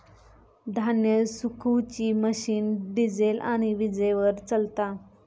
धान्य सुखवुची machine diesel आणि वीजेवर चलता